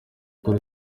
turi